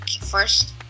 first